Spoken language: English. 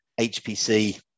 hpc